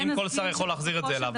אם כל שר יכול לחזיר את זה אליו.